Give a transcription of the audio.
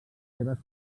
seves